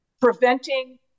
preventing